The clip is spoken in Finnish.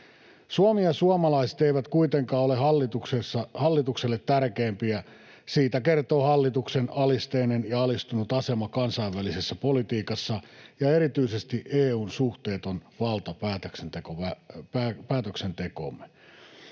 Suomi ja suomalaiset eivät kuitenkaan ole hallitukselle tärkeimpiä. Siitä kertovat hallituksen alisteinen ja alistunut asema kansainvälisessä politiikassa ja erityisesti EU:n suhteeton valta päätöksentekoomme.